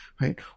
right